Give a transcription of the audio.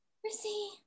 Chrissy